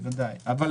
אם